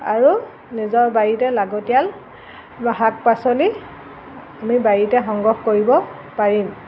আৰু নিজৰ বাৰীতে লাগতিয়াল বা শাক পাচলি আমি বাৰীতে সংগ্ৰহ কৰিব পাৰিম